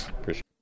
Appreciate